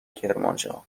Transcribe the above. کرمانشاه